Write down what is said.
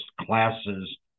classes